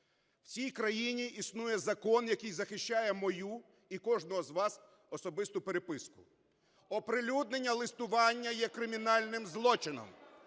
В цій країні існує закон, який захищає мою і кожного з вас особисту переписку. Оприлюднення листування є кримінальним злочином.